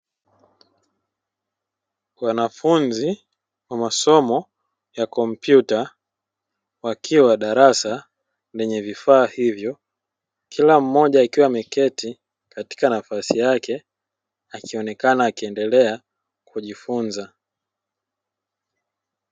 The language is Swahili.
Wanafunzi wa masomo ya kompyuta wakiwa darasa lenye vifaa hivyo, kila mmoja akiwa ameketi katika nafasi yake akionekana akiendelea kujifunza.